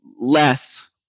less